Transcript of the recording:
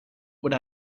would